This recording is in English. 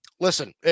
listen